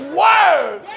word